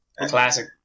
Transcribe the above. Classic